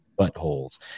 buttholes